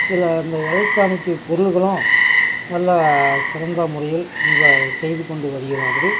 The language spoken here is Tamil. சில அந்த எலக்ட்ரானிக்கி பொருட்களும் நல்லா சிறந்த முறையில் இங்கே செய்து கொண்டு வருகிறார்கள்